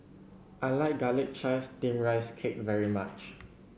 I like Garlic Chives Steamed Rice Cake very much